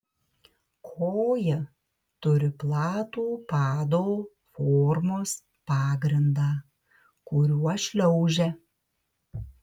koja turi platų pado formos pagrindą kuriuo šliaužia